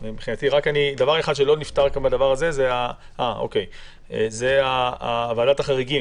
דבר אחד שלא נפתר כאן הוא ועדת החריגים.